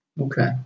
Okay